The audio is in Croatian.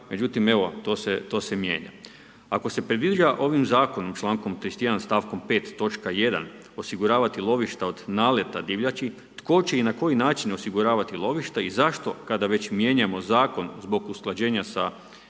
međutim evo to se mijenja. Ako se predviđa ovim zakonom člankom 31. stavkom 5. točka 1. osiguravati lovišta od naleta divljači, tko će i na koji način osiguravati lovišta i zašto kada već mijenjamo zakon zbog usklađenja sa